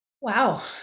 Wow